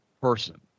person